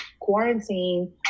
quarantine